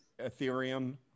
ethereum